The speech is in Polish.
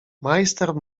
majster